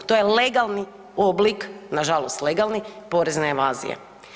To je legalni oblik, nažalost legalni porezne evazije.